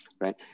right